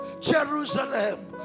Jerusalem